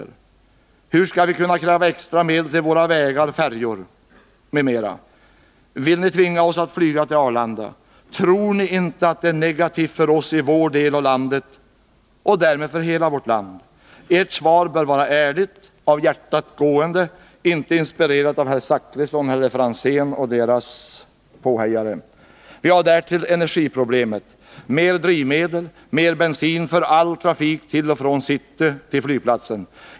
Hur skall vi, om flygplatsen läggs ned, kunna kräva extra medel till våra vägar, färjor m.m.? Vill ni tvinga oss att flyga till Arlanda? Tror ni inte att det är negativt för vår landsända och därmed för hela landet? Ert svar bör vara ärligt, av hjärtat gående, inte inspirerat av herr Zachrisson eller herr Franzén och deras påhejare. Därtill kommer energiproblemet. En flyttning till Arlanda betyder mer drivmedel, mer bensin för all trafik från och till city.